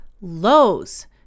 lows